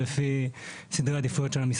ולפי סדרי עדיפויות של המשרד.